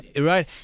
Right